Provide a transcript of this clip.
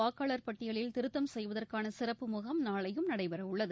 வாக்காளர் பட்டியலில் திருத்தம் செய்வதற்கான சிறப்பு முகாம் நாளையும் தமிழகத்தில் நடைபெறவுள்ளது